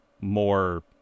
more